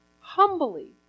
humbly